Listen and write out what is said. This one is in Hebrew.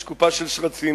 יש קופה של שרצים,